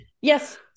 Yes